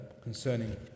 concerning